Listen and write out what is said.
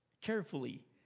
carefully